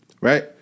Right